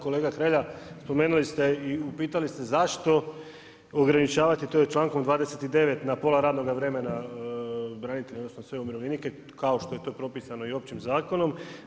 Kolega Hrelja spomenuli ste i upitali ste zašto ograničavati to je člankom 29. na pola radnoga vremena branitelje odnosno sve umirovljenike kao što je to propisano i općim zakonom.